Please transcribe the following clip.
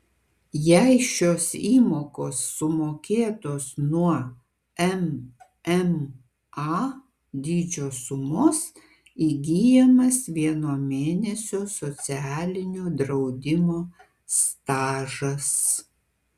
jei šios įmokos sumokėtos nuo mma dydžio sumos įgyjamas vieno mėnesio socialinio draudimo stažas